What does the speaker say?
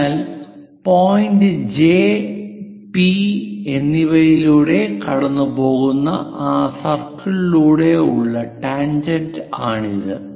അതിനാൽ point J P J P എന്നിവയിലൂടെ കടന്നുപോകുന്ന ആ സർക്കിളിലൂടെയുള്ള ടാൻജെന്റാണിത്